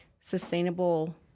sustainable